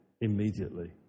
immediately